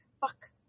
Fuck